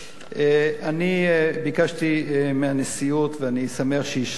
אני ביקשתי מהנשיאות, ואני שמח שהיא אישרה,